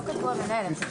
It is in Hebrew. לא כתבנו מנהל.